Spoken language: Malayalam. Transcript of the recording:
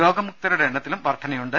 രോഗമുക്തരുടെ എണ്ണത്തിലും വർധനയുണ്ട്